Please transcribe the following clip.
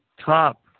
top